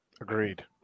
Agreed